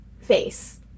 face